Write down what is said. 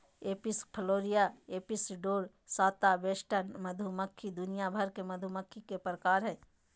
Apis florea, Apis dorsata, western मधुमक्खी दुनिया भर के मधुमक्खी के प्रकार हय